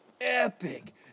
epic